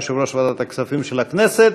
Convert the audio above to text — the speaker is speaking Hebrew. יושב-ראש ועדת הכספים של הכנסת,